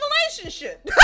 relationship